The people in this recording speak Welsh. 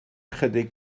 ychydig